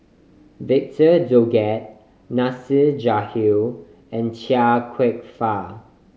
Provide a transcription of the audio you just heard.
Victor Doggett Nasir Jalil and Chia Kwek Fah